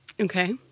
Okay